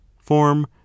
form